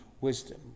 wisdom